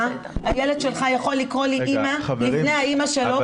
הילד שלך יכול לקרוא לי אימא לפני שהוא קורא כך לאימא שלו,